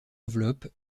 enveloppe